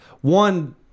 One